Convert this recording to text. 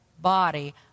body